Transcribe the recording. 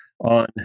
on